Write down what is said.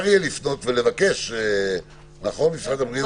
אפשר יהיה לפנות ולבקש, נכון, משרד הבריאות?